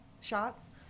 shots